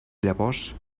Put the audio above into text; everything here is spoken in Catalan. llavors